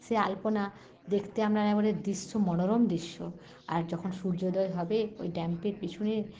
সে আলপনা দেখতে আপনার একেবারে দৃশ্য মনোরম দৃশ্য আর যখন সূর্যোদয় হবে ওই ড্যামের পিছনে